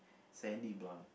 sandy blonde